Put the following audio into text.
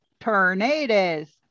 Tornadoes